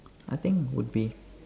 I think would be